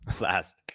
last